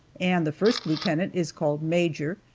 and the first lieutenant is called major,